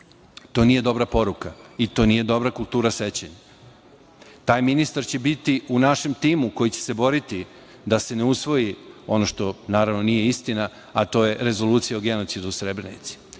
To nije dobra poruka i to nije dobra kultura sećanja. Taj ministar će biti u našem timu koji će se boriti da se ne usvoji ono što naravno nije istina, a to je Rezolucija o genocidu u Srebrenici.